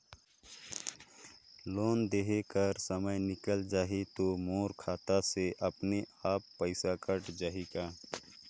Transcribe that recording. Loan देहे कर समय निकल जाही तो मोर खाता से अपने एप्प पइसा कट जाही का?